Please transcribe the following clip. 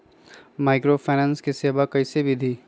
Microfinance के सेवा कइसे विधि?